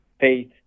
faith